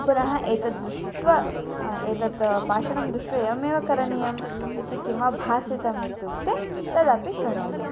पुनः एतद् दृष्ट्वा एतद् पाषाणं दृष्ट्वा एवमेव करणीयम् इति किं वा भासितम् इत्युक्ते तदपि करोमि